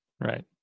right